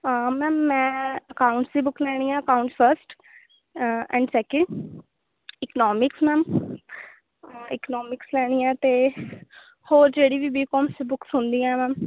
ma'am ਮੈਂ accounts ਦੀ book ਲੈਣੀ ਹੈ accounts first and second economics ma'am economics ਲੈਣੀ ਆ ਅਤੇ ਹੋਰ ਜਿਹੜੀ ਵੀ ਬੀ ਕੋਮ 'ਚ ਬੁੱਕਸ ਹੁੰਦੀਆਂ ਮੈਮ